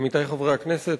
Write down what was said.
עמיתי חברי הכנסת,